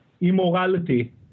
immorality